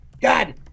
God